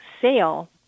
sale